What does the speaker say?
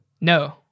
No